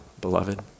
beloved